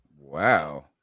Wow